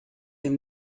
dem